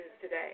today